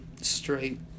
Straight